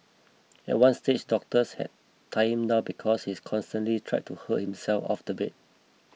at one stage doctors had tie him down because he constantly tried to hurl himself off the bed